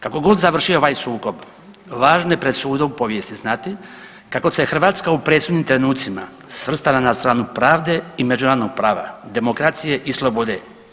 Kako god završio ovaj sukob važno je pred sudom u povijesti znati kako se Hrvatska u presudnim trenucima svrstala na stranu pravde i međunarodnog prava, demokracije i slobode.